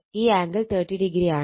ഈ angle 30o ആണ്